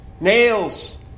Nails